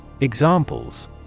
Examples